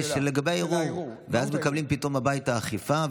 ואז פתאום מקבלים הביתה אכיפה,